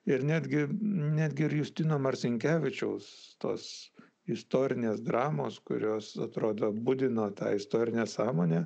ir netgi netgi ir justino marcinkevičiaus tos istorinės dramos kurios atrodo budino tą istorinę sąmonę